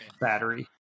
Battery